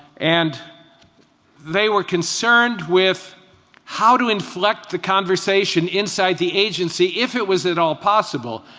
and they were concerned with how to inflect the conversation inside the agency, if it was at all possible,